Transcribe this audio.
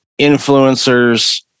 influencers